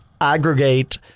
aggregate